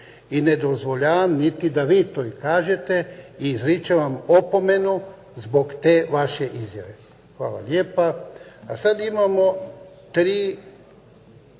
i ne dozvoljavam da niti da vi to kažete I izričem vam opomenu zbog te vaše izjave. Hvala lijepa. A sada imamo tri